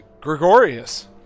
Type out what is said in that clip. Gregorius